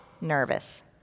nervous